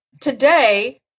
today